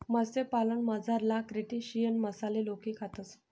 मत्स्यपालनमझारला क्रस्टेशियन मासाले लोके खातस